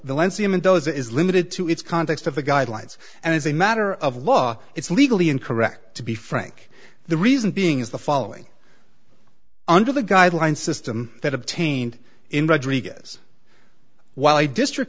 though is limited to its context of the guidelines and as a matter of law it's legally incorrect to be frank the reason being is the following under the guidelines system that obtained in rodriguez while i district